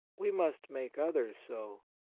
we must make others so.